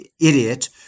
idiot